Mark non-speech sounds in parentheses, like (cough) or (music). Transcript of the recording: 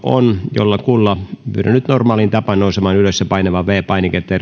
on jollakulla pyydän nyt normaaliin tapaan nousemaan ylös ja painamaan viides painiketta (unintelligible)